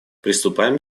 приступаем